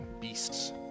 beasts